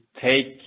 take